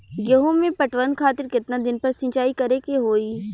गेहूं में पटवन खातिर केतना दिन पर सिंचाई करें के होई?